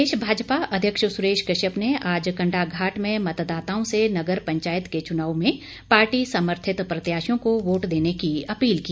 प्रदेश भाजपा अध्यक्ष सुरेश कश्यप ने आज कंडाघाट में मतदाताओं से नगर पंचायत के चुनाव में पार्टी समर्थित प्रत्याशियों को वोट देने की अपील की